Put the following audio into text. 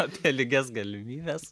apie lygias galimybes